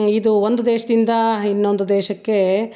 ಇದು ಒಂದು ದೇಶದಿಂದಾ ಇನ್ನೊಂದು ದೇಶಕ್ಕೆ